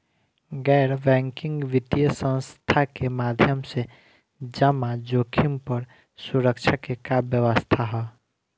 गैर बैंकिंग वित्तीय संस्था के माध्यम से जमा जोखिम पर सुरक्षा के का व्यवस्था ह?